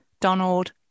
Donald